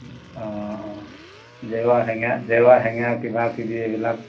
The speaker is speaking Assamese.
জেওৱা সেঙা জেওৱা সেঙা কিবা কিবি এইবিলাক